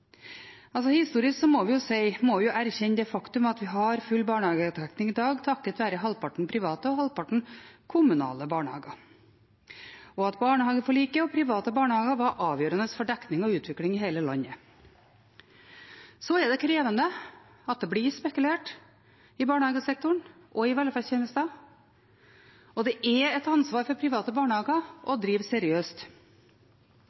Historisk må vi erkjenne det faktum at vi har full barnehagedekning i dag takket være halvparten private og halvparten kommunale barnehager, og at barnehageforliket og private barnehager var avgjørende for dekning og utvikling i hele landet. Så er det krevende at det blir spekulert i barnehagesektoren og i velferdstjenester, og det er et ansvar for private barnehager å